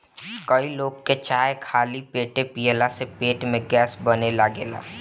कई लोग के चाय खाली पेटे पियला से पेट में गैस बने लागेला